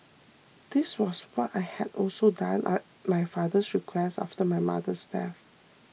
this was what I had also done at my father's request after my mother's death